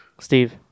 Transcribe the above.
Steve